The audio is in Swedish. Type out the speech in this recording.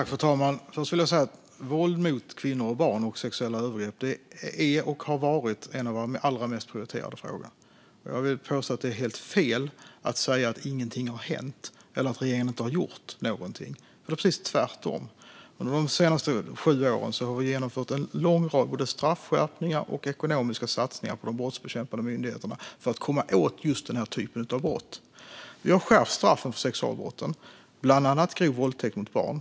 Fru talman! Först vill jag säga att våld mot kvinnor och barn och sexuella övergrepp är och har varit en av de allra mest prioriterade frågorna. Jag vill påstå att det är helt fel att säga att ingenting har hänt eller att regeringen inte har gjort någonting. Det är precis tvärtom. Under de senaste sju åren har vi genomfört en lång rad av både straffskärpningar och ekonomiska satsningar på de brottsbekämpande myndigheterna för att komma åt just den här typen av brott. Vi har skärpt straffen för sexualbrotten, bland annat grov våldtäkt mot barn.